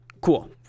cool